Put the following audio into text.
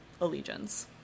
allegiance